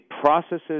processes